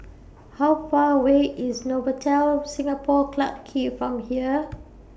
How Far away IS Novotel Singapore Clarke Quay from here